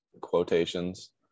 quotations